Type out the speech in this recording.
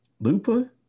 Lupa